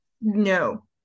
No